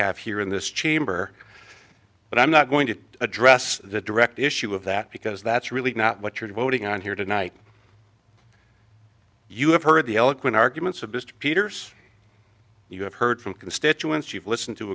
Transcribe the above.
have here in this chamber but i'm not going to address the direct issue of that because that's really not what you're voting on here tonight you have heard the eloquent arguments of mr peters you have heard from constituents you've listened to